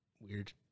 weird